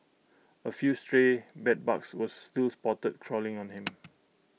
A few stray bedbugs were still spotted crawling on him